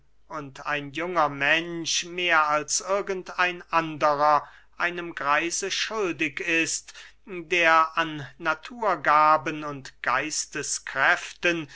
und ein junger mensch mehr als irgend ein anderer einem greise schuldig ist der an naturgaben und geisteskräften